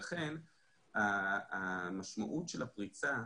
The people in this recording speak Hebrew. לכן המשמעות של הפריצה,